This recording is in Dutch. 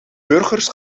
burgers